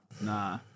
nah